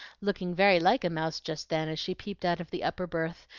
looking very like a mouse just then, as she peeped out of the upper berth,